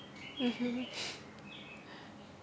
mmhmm